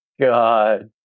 God